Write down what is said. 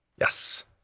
Yes